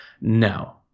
No